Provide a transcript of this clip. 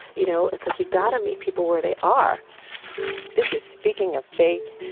you know? it's like you've got to meet people where they are this is speaking of faith.